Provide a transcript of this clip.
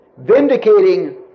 vindicating